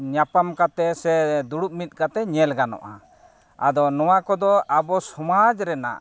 ᱧᱟᱯᱟᱢ ᱠᱟᱛᱮᱫ ᱥᱮ ᱫᱩᱲᱩᱵᱽ ᱢᱤᱫ ᱠᱟᱛᱮᱫ ᱧᱮᱞ ᱜᱟᱱᱚᱜᱼᱟ ᱟᱫᱚ ᱱᱚᱣᱟ ᱠᱚᱫᱚ ᱟᱵᱚ ᱥᱚᱢᱟᱡᱽ ᱨᱮᱱᱟᱜ